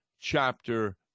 chapter